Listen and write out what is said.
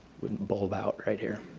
wouldn't bulge out right here.